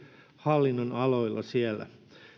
hallinnonaloilla